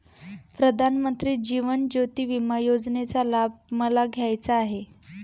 प्रधानमंत्री जीवन ज्योती विमा योजनेचा लाभ मला घ्यायचा आहे